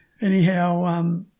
Anyhow